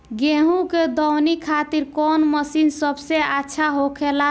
गेहु के दऊनी खातिर कौन मशीन सबसे अच्छा होखेला?